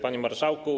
Panie Marszałku!